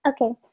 Okay